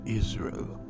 israel